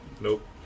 nope